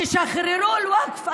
תשחררו אל-ווקף.